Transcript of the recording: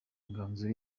inganzo